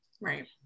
Right